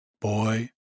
boy